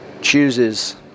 chooses